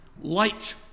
light